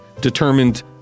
determined